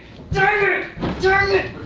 tired turn it.